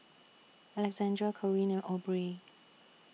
Alexandria Corinne Aubrey